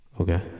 Okay